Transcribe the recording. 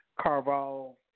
Carvalho